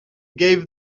gave